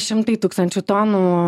šimtai tūkstančių tonų